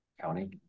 county